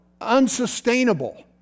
unsustainable